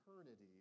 eternity